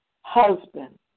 husband